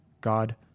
God